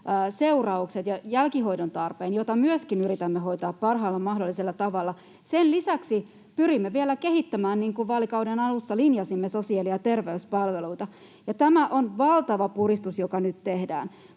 seuraukset ja jälkihoidon tarpeen, jota myöskin yritämme hoitaa parhaalla mahdollisella tavalla. Sen lisäksi pyrimme vielä kehittämään, niin kuin vaalikauden alussa linjasimme, sosiaali- ja terveyspalveluita. Ja tämä on valtava puristus, joka nyt tehdään.